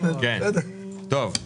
חיוך,